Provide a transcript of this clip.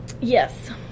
yes